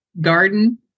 garden